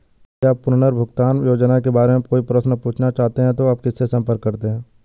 यदि आप पुनर्भुगतान योजनाओं के बारे में कोई प्रश्न पूछना चाहते हैं तो आप किससे संपर्क करते हैं?